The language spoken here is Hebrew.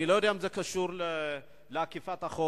אני לא יודע אם זה קשור לאכיפת החוק,